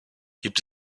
gibt